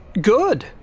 Good